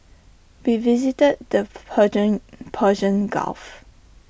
we visited the Persian Persian gulf